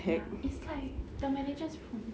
ya it's like the managers from